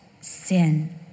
sin